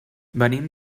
venim